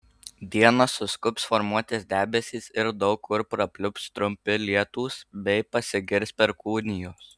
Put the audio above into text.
dieną suskubs formuotis debesys ir daug kur prapliups trumpi lietūs bei pasigirs perkūnijos